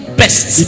best